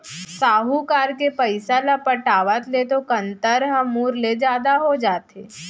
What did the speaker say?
साहूकार के पइसा ल पटावत ले तो कंतर ह मूर ले जादा हो जाथे